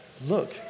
look